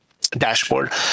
dashboard